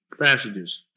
passages